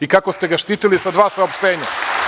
I kako ste ga štitili, sa dva saopštenja.